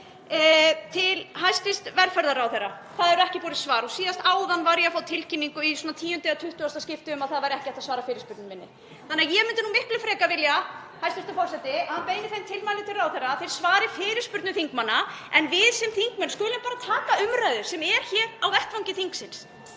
til hæstv. velferðarráðherra, það hefur ekki borist svar, og síðast áðan var ég að fá tilkynningu í svona tíunda eða tuttugasta skipti um að það væri ekki hægt að svara fyrirspurn minni. Þannig að ég myndi miklu frekar vilja, hæstv. forseti, að hann beini þeim tilmælum til ráðherra að þeir svari fyrirspurnum þingmanna, en við sem þingmenn skulum bara taka umræðu sem er hér á vettvangi þingsins.